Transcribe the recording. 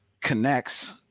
Connects